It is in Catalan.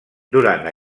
durant